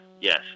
yes